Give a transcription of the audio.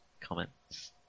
comments